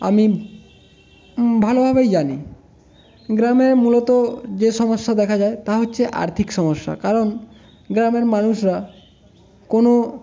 আমি ভালোভাবেই জানি গ্রামে মূলত যে সমস্যা দেখা যায় তা হচ্ছে আর্থিক সমস্যা কারণ গ্রামের মানুষরা কোনো